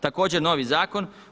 Također novi zakon.